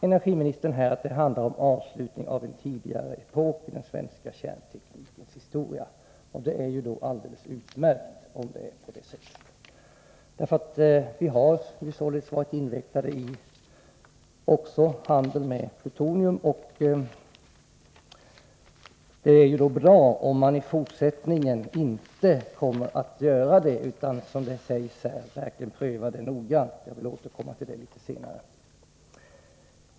Energiministern säger att det handlar om en avslutning av en tidigare epok i den svenska kärnteknikens historia. Det är alldeles utmärkt, om det är på det sättet. Vi har således varit inriktade också på handel med plutonium, och det är ju bra om vi i fortsättningen inte kommer att vara det utan att, som det sägs i svaret, sådana frågor verkligen kommer att prövas noggrant. Jag vill återkomma till detta litet senare.